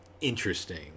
interesting